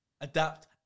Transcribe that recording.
adapt